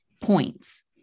points